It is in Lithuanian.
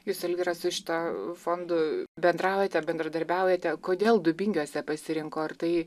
jūs elvyra su šituo fondu bendraujate bendradarbiaujate kodėl dubingiuose pasirinko ar tai